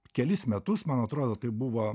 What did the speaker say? kelis metus man atrodo tai buvo